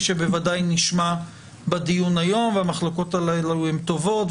שבוודאי נשמע בדיון היום והמחלוקות הללו הן טובות,